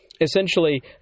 Essentially